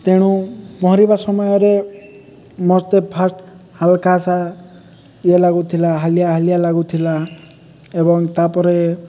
ତେଣୁ ପହଁରିବା ସମୟରେ ମୋତେ ଫାଷ୍ଟ ହାଲକାସା ଇଏ ଲାଗୁଥିଲା ହାଲିଆ ହାଲିଆ ଲାଗୁଥିଲା ଏବଂ ତାପରେ